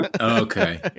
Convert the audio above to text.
Okay